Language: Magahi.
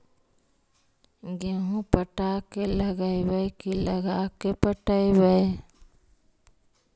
गेहूं पटा के लगइबै की लगा के पटइबै?